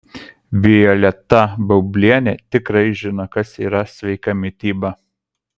violeta baublienė tikrai žino kas yra sveika mityba